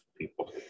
people